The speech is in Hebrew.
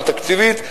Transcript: לא תקציבית,